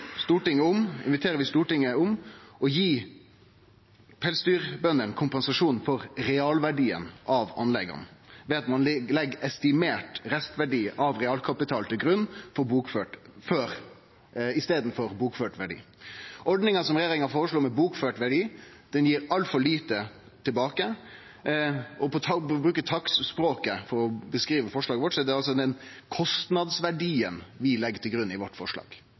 Stortinget til å gi pelsdyrbøndene kompensasjon for realverdien av anlegga ved at ein legg estimert restverdi av realkapital til grunn i staden for bokført verdi. Ordninga som regjeringa føreslår med bokført verdi, gir altfor lite tilbake. For å bruke takstspråket for å beskrive forslaget vårt: Det er altså kostnadsverdien vi legg til grunn i forslaget vårt.